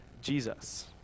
Jesus